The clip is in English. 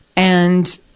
and,